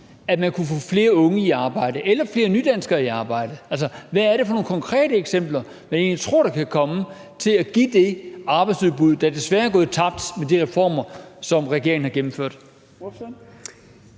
at man kan få flere unge i arbejde, eller flere nydanskere i arbejde? Altså, hvad er det for nogle konkrete eksempler, man egentlig tror der kan komme i forhold til at give det arbejdsudbud, der desværre er gået tabt med de reformer, som regeringen har gennemført?